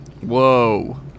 Whoa